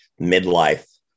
midlife